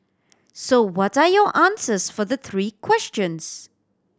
so what are your answers for the three questions